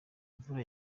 mvura